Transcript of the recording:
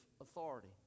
authority